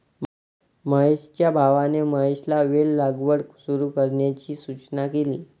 महेशच्या भावाने महेशला वेल लागवड सुरू करण्याची सूचना केली